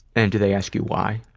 and do they ask you why?